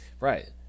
Right